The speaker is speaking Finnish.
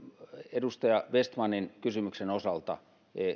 edustaja vestmanin kysymyksen osalta